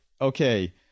okay